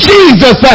Jesus